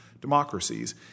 democracies